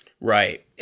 Right